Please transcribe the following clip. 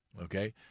okay